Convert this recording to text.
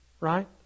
right